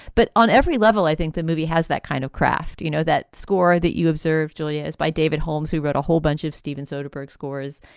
but on every level, i think the movie has that kind of craft. you know, that score that you observed julias by david holmes, who wrote a whole bunch of steven soderbergh scores.